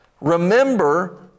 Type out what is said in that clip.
remember